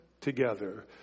together